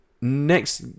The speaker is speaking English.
next